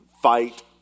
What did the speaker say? fight